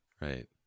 right